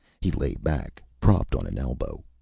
he lay back, propped on an elbow.